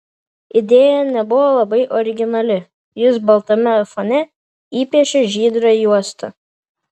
idėja nebuvo labai originali jis baltame fone įpiešė žydrą juostą